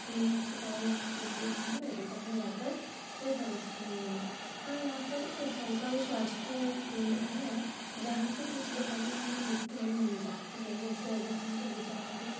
clinic से दवाइयाँ खरीद लेते हैं मेडिकल में जाकर कोई परेशानी नहीं है हाँ यहाँ पर सरकारी स्वास्थ्य है केंन्द्र है जहाँ से कुछ दवाइयाँ हमें मुफ़्त में मिल जाती हैं जैसे अगर हम कभी जाएँ तो